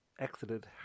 exited